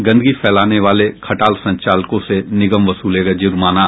गंदगी फैलाने वाले खटाल संचालकों से निगम वसूलेगा जुर्माना